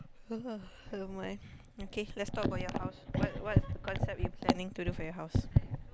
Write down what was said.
I don't mind okay let's talk about your house what what concept you planning to do for your house